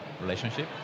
relationship